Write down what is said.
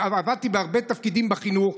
עבדתי בהרבה תפקידים בחינוך,